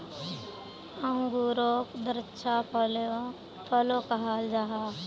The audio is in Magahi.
अन्गूरोक द्राक्षा फलो कहाल जाहा